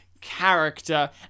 character